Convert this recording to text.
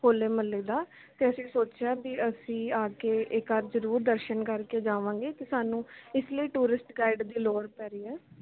ਹੋਲੇ ਮਹੱਲੇ ਦਾ ਅਤੇ ਅਸੀਂ ਸੋਚਿਆ ਵੀ ਅਸੀਂ ਆ ਕੇ ਇੱਕ ਵਾਰ ਜ਼ਰੂਰ ਦਰਸ਼ਨ ਕਰਕੇ ਜਾਵਾਂਗੇ ਅਤੇ ਸਾਨੂੰ ਇਸ ਲਈ ਟੂਰਿਸਟ ਗਾਈਡ ਦੀ ਲੋੜ ਪੈ ਰਹੀ ਹੈ